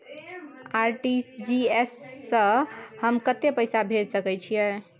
RTG S स हम कत्ते पैसा भेज सकै छीयै?